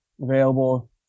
available